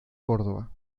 córdoba